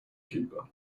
keeper